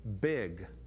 big